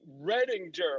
Redinger